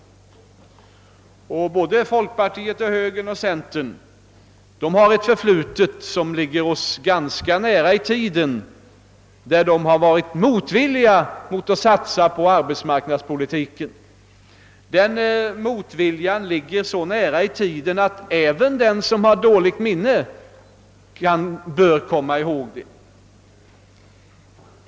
Såväl folkpartiet som högern och centern har ett förflutet, som ligger oss ganska nära i tiden, då de har varit motvilliga att satsa på arbetsmarknadspolitiken. Denna motvilja är inte äldre än att även den som har dåligt minne bör komma ihåg den.